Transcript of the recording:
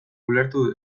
ulertu